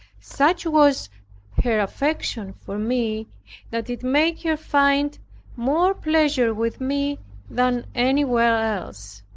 such was her affection for me that it made her find more pleasure with me than anywhere else.